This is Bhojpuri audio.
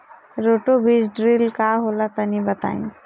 रोटो बीज ड्रिल का होला तनि बताई?